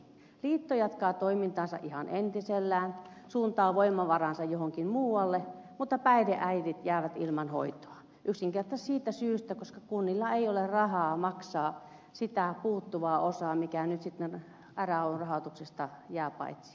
liitto jatkaa toimintaansa ihan entisellään suuntaa voimavaransa johonkin muualle mutta päihdeäidit jäävät ilman hoitoa yksinkertaisesti siitä syystä että kunnilla ei ole rahaa maksaa sitä puuttuvaa osaa joka nyt sitten rayn rahoituksesta jää paitsi